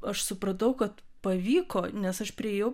aš supratau kad pavyko nes aš priėjau